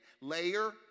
layer